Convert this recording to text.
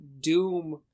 Doom